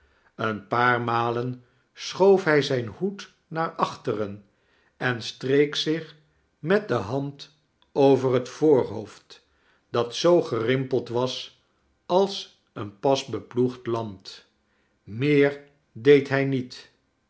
een paar malen schoof hij zijn hoed naar achteren en streek zich met de hand over het voorhoofd dat zoo gerimpeld was als een pas beploegd land meer deed hij niet